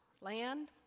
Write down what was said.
land